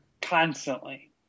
Constantly